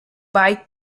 bite